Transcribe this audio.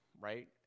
right